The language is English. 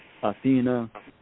Athena